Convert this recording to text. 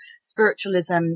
spiritualism